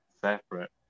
separate